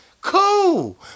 cool